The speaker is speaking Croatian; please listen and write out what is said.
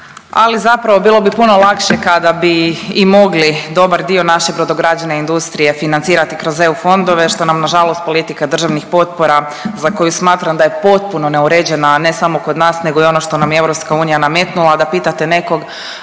ali zapravo bilo bi puno lakše kada bi i mogli dobar dio naše brodograđevne industrije financirati kroz EU fondove što nam na žalost politika državnih potpora za koju smatram da je potpuno neuređena, a ne samo kod nas nego i ono što nam je EU nametnula, da pitate nekog